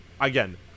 again